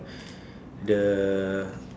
the